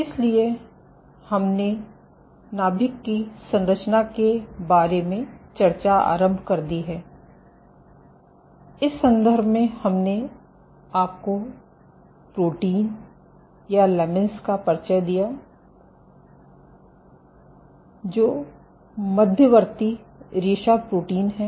इसलिए हमने नाभिक की संरचना के बारे में चर्चा आरंभ कर दी है और इस संदर्भ में हमने आपको प्रोटीन या लमीन्स का परिचय दिया है जो मध्यवर्ती रेशा प्रोटीन हैं